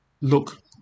look